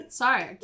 sorry